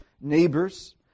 neighbors